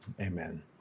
Amen